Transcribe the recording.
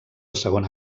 segona